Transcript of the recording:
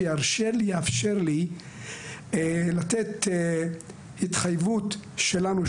שיאפשר לי לתת התחייבות שלנו,